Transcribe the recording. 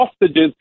hostages